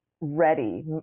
ready